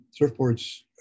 surfboards